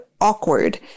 awkward